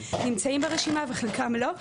נמצאים ברשימה וחלקם לא?